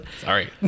sorry